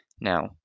Now